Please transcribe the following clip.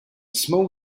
small